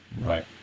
Right